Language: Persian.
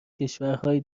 کشورهای